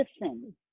listen